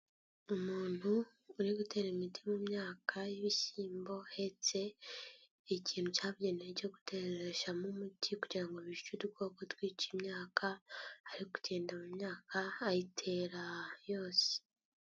Umuntu uri gutera imiti mu myaka y'ibishyimbo ahetse ikintu cyagenewe cyo guteshyamo umuti kugira ngo bice udukoko twica imyaka, ari kugenda mu myaka ayitera yose.